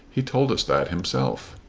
he told us that himself.